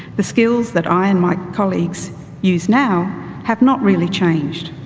the skills that i and my colleagues use now have not really changed.